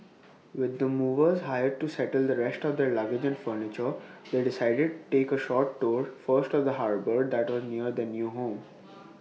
with the movers hired to settle the rest of their luggage furniture they decided take A short tour first of the harbour that was near their new home